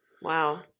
Wow